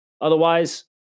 Otherwise